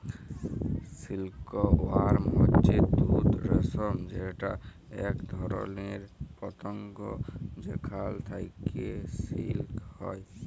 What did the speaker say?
silk worm হচ্যে তুত রেশম যেটা এক ধরণের পতঙ্গ যেখাল থেক্যে সিল্ক হ্যয়